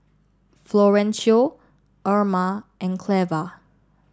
Florencio Erma and Cleva